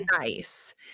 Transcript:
nice